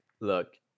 Look